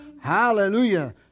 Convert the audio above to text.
Hallelujah